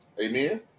Amen